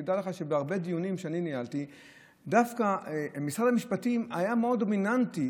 תדע לך שבהרבה דיונים שאני ניהלתי דווקא משרד המשפטים היה מאוד דומיננטי